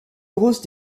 grosse